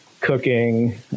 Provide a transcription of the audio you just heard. cooking